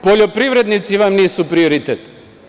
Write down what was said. Poljoprivrednici vam nisu prioritet.